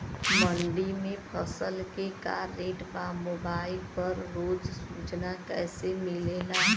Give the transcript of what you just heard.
मंडी में फसल के का रेट बा मोबाइल पर रोज सूचना कैसे मिलेला?